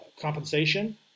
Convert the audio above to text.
compensation